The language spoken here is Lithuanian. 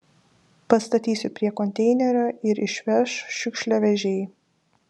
pastatysiu prie konteinerio ir išveš šiukšliavežiai